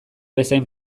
bezain